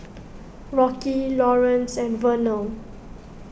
Rocky Laurance and Vernelle